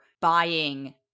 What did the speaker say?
buying